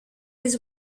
les